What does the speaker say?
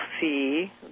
see